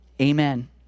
Amen